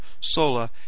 Sola